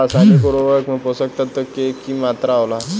रसायनिक उर्वरक में पोषक तत्व के की मात्रा होला?